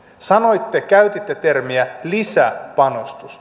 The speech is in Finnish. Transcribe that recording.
sanoitte käytitte termiä lisäpanostus